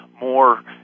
more